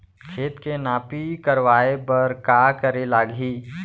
खेत के नापी करवाये बर का करे लागही?